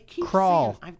Crawl